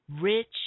Rich